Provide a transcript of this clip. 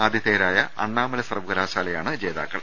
ആതിഥേയരായ അണ്ണാ മല സർവകലാശാലയാണ് ജേതാക്കൾ